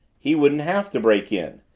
he wouldn't have to break in.